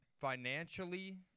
financially